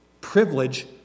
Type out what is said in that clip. privilege